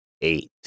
eight